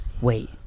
Wait